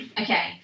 Okay